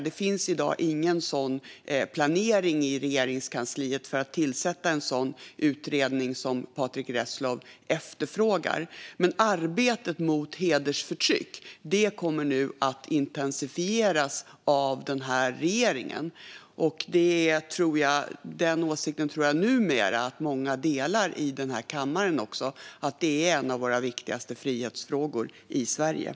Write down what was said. Det finns i dag ingen planering i Regeringskansliet för att tillsätta en sådan utredning som Patrick Reslow efterfrågar. Men arbetet mot hedersförtryck kommer nu att intensifieras av den här regeringen. Att detta är en av våra viktigaste frihetsfrågor i Sverige är en åsikt som jag tror att många numera delar i den här kammaren.